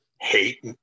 hate